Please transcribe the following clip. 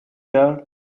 there